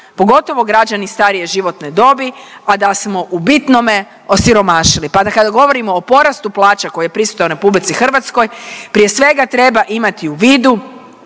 pogotovo građani starije životne dobi, a da smo u bitnome osiromašili pa da kada govorimo o porastu plaća koji je prisutan u RH, prije svega treba imati u vidu